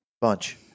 bunch